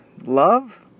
love